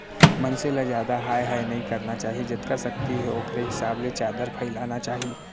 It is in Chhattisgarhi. मनसे ल जादा हाय हाय नइ करना चाही जतका सक्ति हे ओखरे हिसाब ले चादर फइलाना चाही